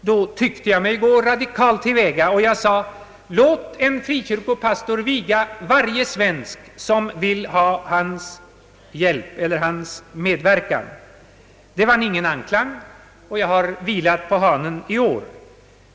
Då tyckte jag mig gå radikalt till väga, och jag sade: Låt en frikyrkopastor viga varje svensk som vill ha hans hjälp eller medverkan. Det vann ingen anklang, och jag har vilat på hanen i år.